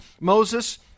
Moses